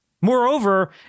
Moreover